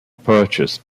purchased